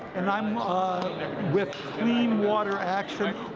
and i'm with clean water action,